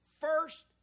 first